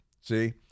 See